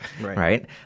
right